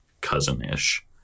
cousin-ish